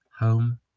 Home